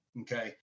okay